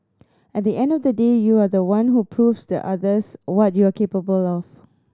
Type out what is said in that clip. at the end of the day you are the one who proves to others what you are capable of